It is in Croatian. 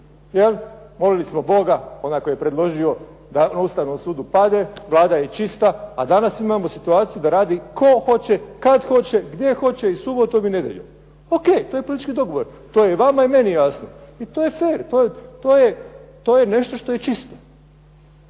molili smo Boga onaj tko ga je predložio, da na Ustavnom sudu padne, Vlada je čista, a danas imamo situaciju da radi tko hoće, kada hoće, gdje hoće i subotom i nedjeljom. Ok to je politički dogovor, to je vama i meni jasno, to je fer to je nešto što je čisto.